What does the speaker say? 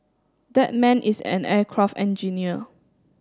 that man is an aircraft engineer